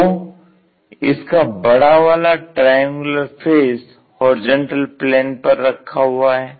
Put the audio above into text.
तो इसका बड़ा वाला ट्राइंगुलर फेस HP पर रखा हुआ है